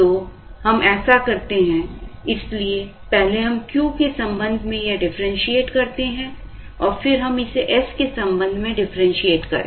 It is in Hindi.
तो हम ऐसा करते हैं इसलिए पहले हमें Q के संबंध में यह डिफरेंशिएट करते हैं और फिर हम इसे s के संबंध में डिफरेंशिएट करें